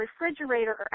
refrigerator